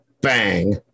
bang